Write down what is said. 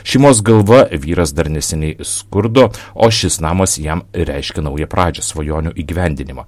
šeimos galva vyras dar neseniai skurdo o šis namas jam reiškė naują pradžią svajonių įgyvendinimą